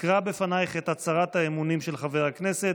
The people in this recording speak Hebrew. אקרא בפנייך את הצהרת האמונים של חבר הכנסת,